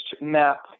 map